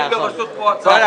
נכון.